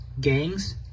Gangs